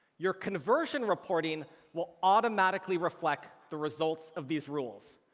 your conversion reporting will automatically reflect the results of these rules,